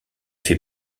fait